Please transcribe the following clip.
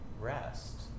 rest